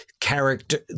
character